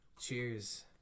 Cheers